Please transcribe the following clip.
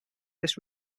this